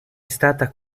stata